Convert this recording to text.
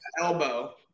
elbow